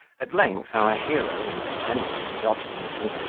at length, our hero, incensed at his obstinacy,